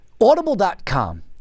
audible.com